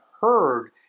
heard